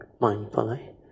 mindfully